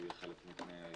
שהוא יהיה חלק מתנאי האישור.